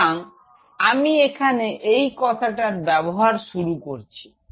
সুতরাং আমি এখানে এই কথাটার ব্যবহার শুরু করেছি